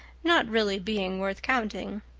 not really being worth counting.